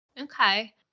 Okay